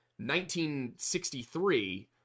1963